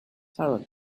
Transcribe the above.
tara